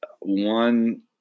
one